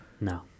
No